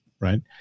right